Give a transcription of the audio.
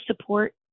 support